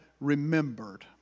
remembered